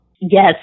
Yes